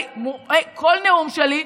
בכל נאום שלי,